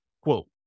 quote